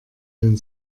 den